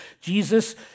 Jesus